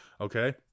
Okay